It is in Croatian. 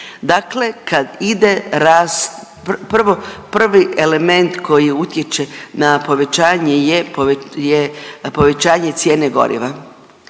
prvo, prvi element koji utječe na povećanje je pove…, je povećanje cijene goriva